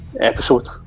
episode